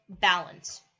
balance